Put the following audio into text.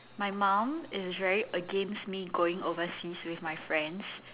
my mom is very against me going overseas with my friends